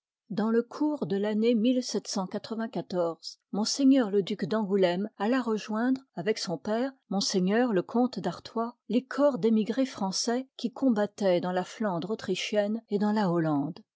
dans le cours de tannée m le duc d'angoulême alla rejoindre avec son père m le comte d'artois les corps d'émigrés français qui combattoient dans la flandre autrichienne et dans la hollande